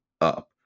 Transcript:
up